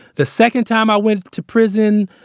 the second time i went to prison,